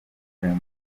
dream